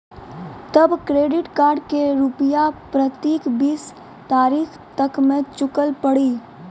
तब credit card के रूपिया प्रतीक बीस तारीख तक मे चुकल पड़ी?